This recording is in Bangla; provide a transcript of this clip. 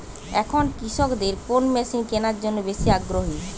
এখন কৃষকদের কোন মেশিন কেনার জন্য বেশি আগ্রহী?